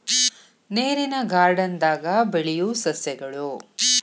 ನೇರಿನ ಗಾರ್ಡನ್ ದಾಗ ಬೆಳಿಯು ಸಸ್ಯಗಳು